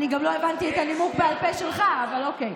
אני גם לא הבנתי את הנימוק בעל פה שלך, אבל אוקיי.